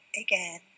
again